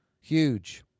huge